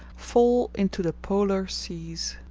fall into the polar seas.